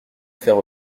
faire